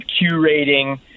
curating